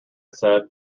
said